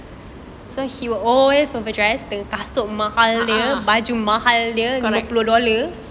(uh huh) correct